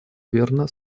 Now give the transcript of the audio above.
верно